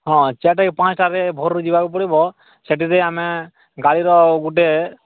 ହଁ ଚାରିଟା କି ପାଞ୍ଚଟାରେ ଭୋରରୁ ଯିବାକୁ ପଡ଼ିବ ସେଇଠି ଦେଇ ଆମେ ଗାଡ଼ିର ଗୋଟେ